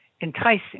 enticing